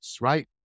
right